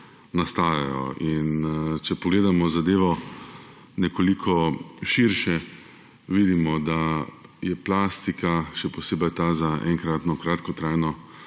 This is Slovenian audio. nastajajo. In če pogledamo zadevo nekoliko širše, vidimo, da je plastika, še posebej ta za enkratno kratkotrajno